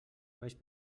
vaig